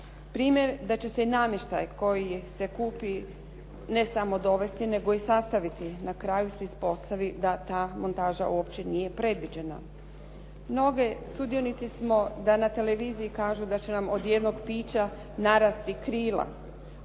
Primjer da će se i namještaj koji se kupi, ne samo dovesti, nego i sastaviti na kraju se ispostavi da ta montaža uopće nije predviđena. Mnoge, sudionici smo da na televiziji kažu da će nam od jednog pića narasti krila.